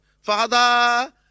father